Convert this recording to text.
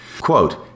quote